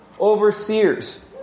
overseers